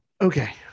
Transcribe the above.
Okay